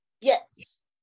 yes